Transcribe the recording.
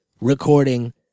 recording